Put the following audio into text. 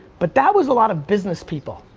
but that was a lot of business people.